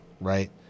Right